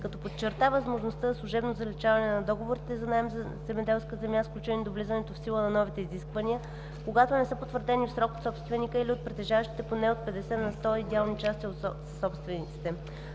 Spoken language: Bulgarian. като подчерта възможността за служебно заличаване на договорите за наем на земеделска земя, сключени до влизането в сила на новите изисквания, когато не са потвърдени в срок от собственика или от притежаващите повече от 50 на сто идеални части от съсобствениците.